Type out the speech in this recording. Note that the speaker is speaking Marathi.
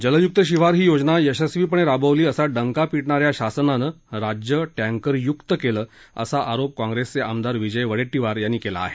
जलयुक्त शिवार ही योजना यशस्वीपणे राबवली असा डंका पिटणाऱ्या शासनानं राज्य टँकरयुक्त केलं असा आरोप काँप्रेसचे आमदार विजय वडेट्टीवार यांनी केला आहे